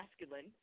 masculine